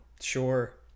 Sure